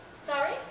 Sorry